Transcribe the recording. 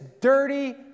dirty